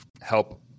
help